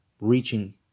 reaching